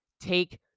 Take